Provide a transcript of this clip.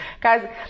guys